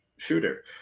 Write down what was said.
shooter